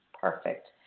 Perfect